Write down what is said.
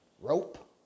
Rope